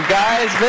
guys